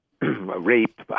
rape